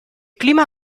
clima